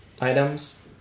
items